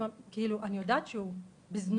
כאילו אני יודעת שהוא בזנות,